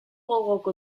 gogoko